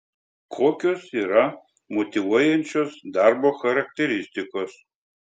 kokios yra motyvuojančios darbo charakteristikos